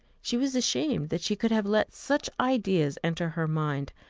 she was ashamed that she could have let such ideas enter her mind,